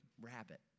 rabbit